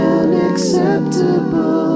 unacceptable